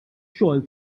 xogħol